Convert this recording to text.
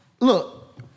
look